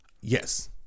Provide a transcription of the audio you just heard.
Yes